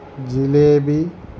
jalebi